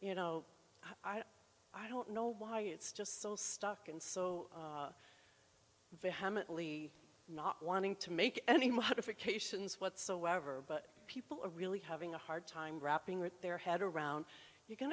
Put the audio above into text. you know i i don't know why it's just so stark and so vehemently not wanting to make any modifications whatsoever but people are really having a hard time wrapping with their head around you're going